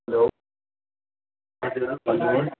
hello हजुर भन्नु होस्